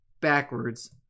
backwards